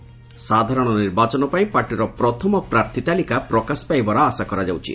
ସାଧାରଣ ନିର୍ବାଚନପାଇଁ ପାର୍ଟିର ପ୍ରଥମ ପ୍ରାର୍ଥୀ ତାଲିକା ପ୍ରକାଶ ପାଇବାର ଆଶା କରାଯାଉଛି